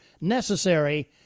necessary